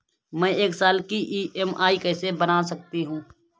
मैं एक साल की ई.एम.आई कैसे बना सकती हूँ?